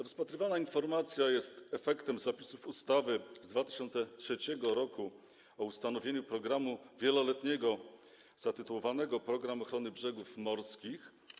Rozpatrywana informacja jest efektem zapisów ustawy z 2003 r. o ustanowieniu programu wieloletniego zatytułowanego „Program ochrony brzegów morskich”